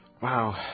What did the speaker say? wow